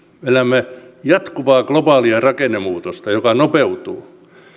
elämme jatkuvaa globaalia rakennemuutosta joka nopeutuu